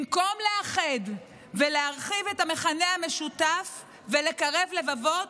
במקום לאחד ולהרחיב את המכנה המשותף ולקרב לבבות,